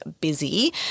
busy